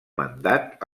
mandat